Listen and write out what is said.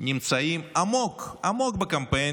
נמצאים עמוק עמוק בקמפיין,